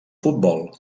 futbol